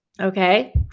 Okay